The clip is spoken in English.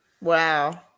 Wow